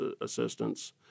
assistance